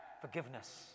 forgiveness